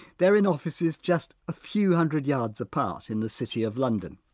they're in offices just a few hundred yards apart in the city of london,